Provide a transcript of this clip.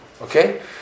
Okay